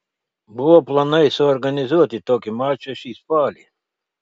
buvo planai suorganizuoti tokį mačą šį spalį